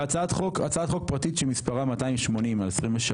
והצעת חוק פרטית שמספרה 280/23,